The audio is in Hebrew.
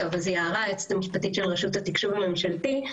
אז אני היועצת המשפטית של רשות התקשוב הממשלתי.